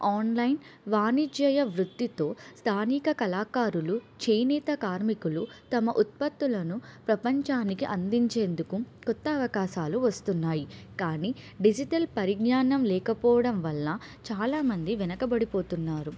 online వాణిజ్య వృత్తితో స్థానిక కళాకారులు చేనేత కార్మికులు తమ ఉత్పత్తులను ప్రపంచానికి అందించేందుకు కొత్త అవకాశాలు వస్తున్నాయి కానీ డిజిటల్ పరిజ్ఞానం లేకపోవడం వల్ల చాలామంది వెనకబడిపోతున్నారు